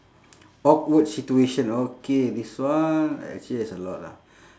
awkward situation okay this one actually there's a lot ah